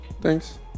thanks